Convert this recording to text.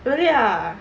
really ah